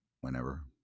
whenever